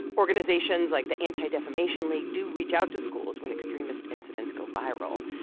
organizations like the anti-defamation league do reach out to schools when extremist incidents go viral,